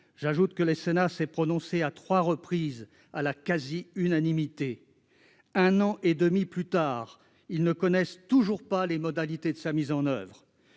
et que le Sénat s'est prononcé à trois reprises à la quasi-unanimité. Un an et demi plus tard, les victimes ne connaissent toujours pas les modalités de mise en oeuvre